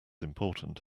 important